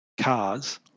cars